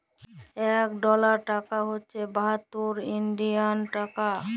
ইক ডলার টাকা হছে বাহাত্তর ইলডিয়াল টাকা